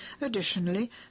Additionally